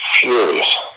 furious